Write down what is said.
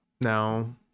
no